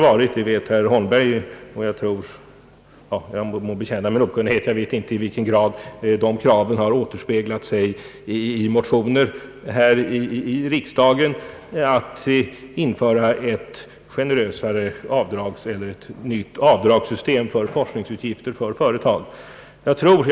Jag må bekänna min okunnighet, men jag vet inte i vilken grad dessa krav att införa ett generösare avdragssystem för forskningsutgifter för företag har återspeglat sig i motioner här i riksdagen.